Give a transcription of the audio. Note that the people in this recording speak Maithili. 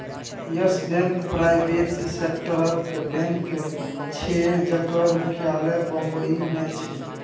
यस बैंक प्राइबेट सेक्टरक बैंक छै जकर मुख्यालय बंबई मे छै